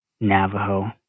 Navajo